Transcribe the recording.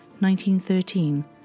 1913